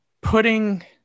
putting